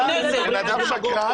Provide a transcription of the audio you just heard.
--- בן אדם שקרן.